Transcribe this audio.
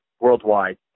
worldwide